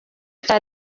cya